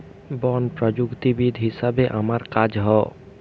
বন প্রযুক্তিবিদ হিসাবে আমার কাজ হ